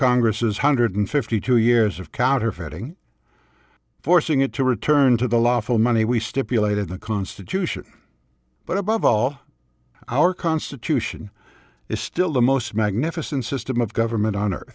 congress's hundred fifty two years of counterfeiting forcing it to return to the lawful money we stipulated the constitution but above all our constitution is still the most magnificent system of government on